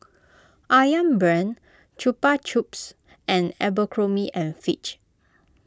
Ayam Brand Chupa Chups and Abercrombie and Fitch